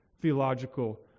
theological